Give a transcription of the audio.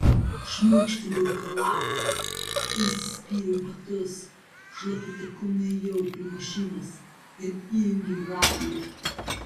šmurkštelėjau į chalatą ir įsispyriau į batus šlapiu taku nuėjau prie mašinos ir įjungiau radiją